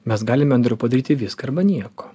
mes galime padaryti viską arba nieko